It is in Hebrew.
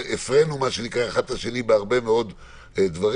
והפרינו אחד את השני בהרבה מאוד דברים.